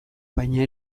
baina